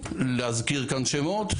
להזכיר כאן שמות?